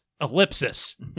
ellipsis